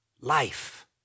life